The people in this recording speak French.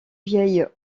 vieil